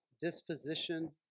disposition